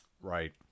Right